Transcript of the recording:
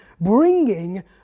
bringing